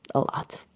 a lot,